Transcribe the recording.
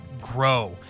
grow